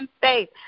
faith